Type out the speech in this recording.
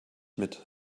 mit